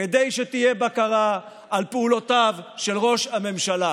כדי שתהיה בקרה על פעולותיו של ראש הממשלה.